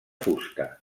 fusta